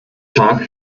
tag